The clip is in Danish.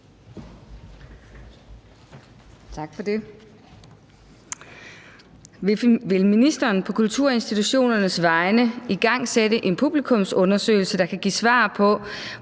Mølbæk (SF): Vil ministeren på kulturinstitutionernes vegne igangsætte en publikumsundersøgelse, der kan give svar på,